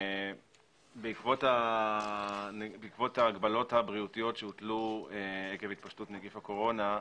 בעקבות ההגבלות הבריאותיות שהוטלו עקב התפשטות נגיף הקורונה,